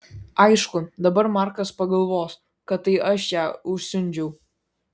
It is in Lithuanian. aišku dabar markas pagalvos kad tai aš ją užsiundžiau